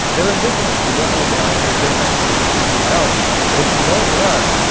they're invisible. we don't know what they are, and they're different for different kinds of biology. but if you know what they are,